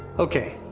okay.